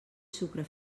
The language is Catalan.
sucre